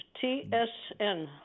T-S-N